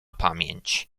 pamięć